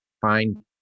find